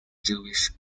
jewish